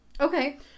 Okay